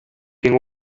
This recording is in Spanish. quien